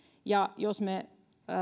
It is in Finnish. ja jos me